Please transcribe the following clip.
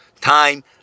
time